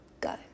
Go